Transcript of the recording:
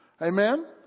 Amen